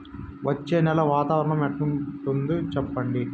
వచ్చే నెల వాతావరణం ఎట్లుంటుంది చెప్పండి?